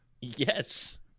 Yes